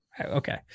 okay